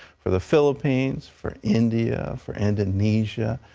for the philippines, for india, for and indonesia,